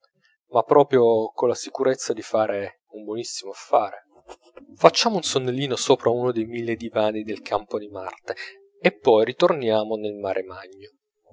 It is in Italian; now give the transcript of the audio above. ma proprio colla sicurezza di fare un buonissimo affare facciamo un sonnellino sopra uno dei mille divani del campo di marte e poi ritorniamo nel mare magno